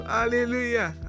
Hallelujah